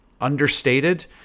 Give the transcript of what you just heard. understated